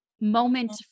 moment